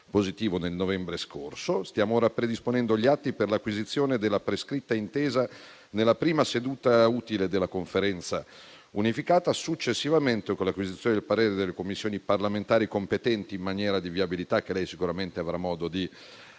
positivo nel novembre scorso. Stiamo ora predisponendo gli atti per l'acquisizione della prescritta intesa nella prima seduta utile della Conferenza unificata. Successivamente, con l'acquisizione del parere delle Commissioni parlamentari competenti in materia di viabilità - lei sicuramente avrà modo di